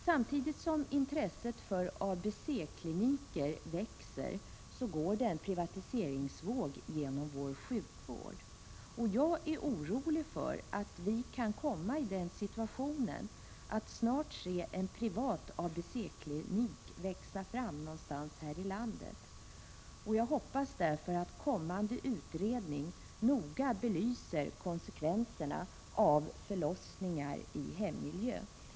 Samtidigt som intresset för ABC-kliniker växer, går det en privatiseringsvåg genom vår sjukvård. Jag är orolig för att vi kan komma i den situationen att snart se en privat ABC-klinik växa fram någonstans här i landet. Jag hoppas därför att kommande utredning noga belyser konsekvenserna av förlossningar i hemmiljö.